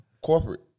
corporate